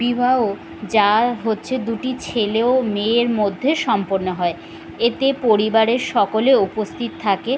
বিবাহ যা হচ্ছে দুটি ছেলে ও মেয়ের মধ্যে সম্পন্ন হয় এতে পরিবারের সকলে উপস্থিত থাকে